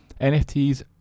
NFTs